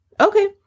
Okay